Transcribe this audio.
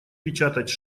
печатать